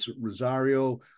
Rosario